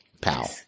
pal